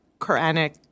Quranic